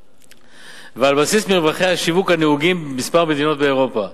ועל בסיס מרווחי השיווק הנהוגים במספר מדינות באירופה,